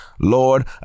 Lord